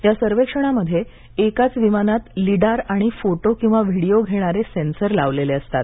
या सर्वेक्षणामध्ये एकाच विमानात लीडार आणि फोटो किंवा व्हिडिओ घेणारे सेंसर लावलेले असतात